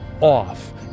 off